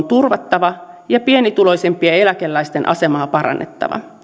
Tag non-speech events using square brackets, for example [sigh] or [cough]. [unintelligible] turvattava ja pienituloisimpien eläkeläisten asemaa parannettava